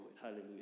Hallelujah